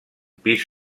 pis